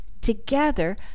together